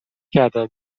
کردم